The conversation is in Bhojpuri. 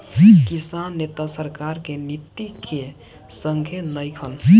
किसान नेता सरकार के नीति के संघे नइखन